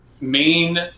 main